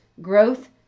growth